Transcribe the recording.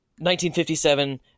1957